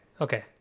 Okay